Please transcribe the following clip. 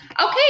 okay